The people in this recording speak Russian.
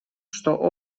что